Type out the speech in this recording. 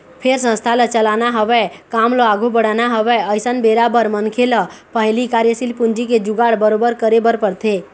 फेर संस्था ल चलाना हवय काम ल आघू बढ़ाना हवय अइसन बेरा बर मनखे ल पहिली कार्यसील पूंजी के जुगाड़ बरोबर करे बर परथे